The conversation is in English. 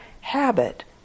habit